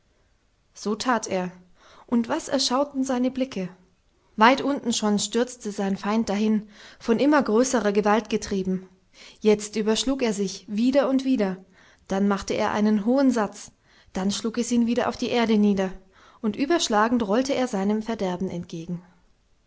so tat er und was erschauten seine blicke weit unten schon stürzte sein feind dahin von immer größerer gewalt getrieben jetzt überschlug er sich wieder und wieder dann machte er einen hohen satz dann schlug es ihn wieder auf die erde nieder und überschlagend rollte er seinem verderben entgegen